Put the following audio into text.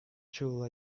should